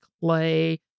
clay